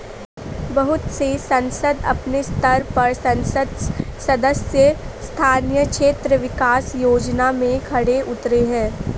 बहुत से संसद अपने स्तर पर संसद सदस्य स्थानीय क्षेत्र विकास योजना में खरे उतरे हैं